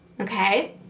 Okay